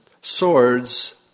swords